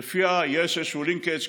שלפיהן יש איזשהו Linkage,